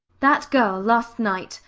that girl, last night,